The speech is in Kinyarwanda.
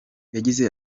yagize